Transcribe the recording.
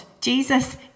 Jesus